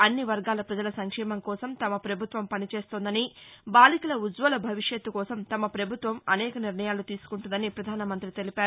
అన్ని వర్గాల ప్రజల సంక్షేమం కోసం తమ ప్రభుత్వం పని చేస్తోందని బాలికల ఉజ్వల భవిష్యత్తు కోసం తమ ప్రభుత్వం అనేక నిర్ణయాలు తీసుకుంటుదని పధాన మంగ్రతి తెలిపారు